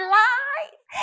life